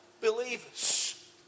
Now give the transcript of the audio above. believers